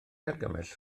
argymell